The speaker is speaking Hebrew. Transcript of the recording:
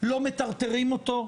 לא מטרטרים אותו,